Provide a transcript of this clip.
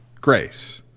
grace